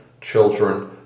children